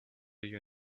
you